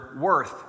worth